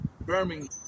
Birmingham